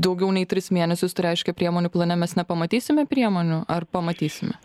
daugiau nei tris mėnesius tai reiškia priemonių plane mes nepamatysime priemonių ar pamatysime